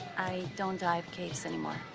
i don't dive caves anymore.